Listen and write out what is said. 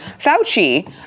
Fauci